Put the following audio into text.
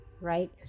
right